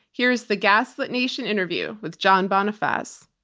here is the gaslit nation interview with john bonifaz.